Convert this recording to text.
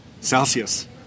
Celsius